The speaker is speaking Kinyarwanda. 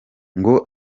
ngo